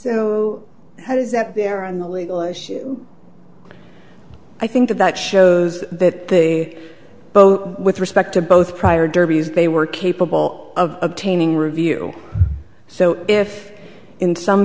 so how does that there on the legal issue i think that shows that the boat with respect to both prior derby's they were capable of obtaining review so if in some